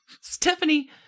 Stephanie